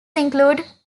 include